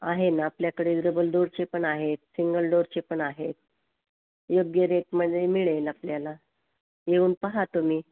आहे ना आपल्याकडे डबल डोअरचेपण आहेत सिंगल डोअरचेपण आहेत योग्य रेटमध्ये मिळेल आपल्याला येऊन पहा तुम्ही